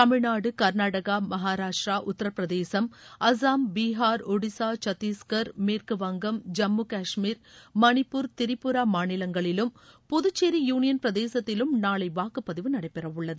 தமிழ்நாடு கர்நாடகா மகாராஷ்டிரா உத்தரப்பிரதேசசும் அசாம் பீகார் ஒடிசா சத்தீஸ்கர் மேற்கு வங்கம் ஜம்மு காஷ்மீர் மணிப்பூர் திரிபுரா மாநிலங்களிலும் புதுச்சேரி யூனியன் பிரதேசத்திலும் நாளை வாக்குப்பதிவு நடைபெறவுள்ளது